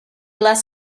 less